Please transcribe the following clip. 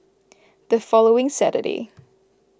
the following Saturday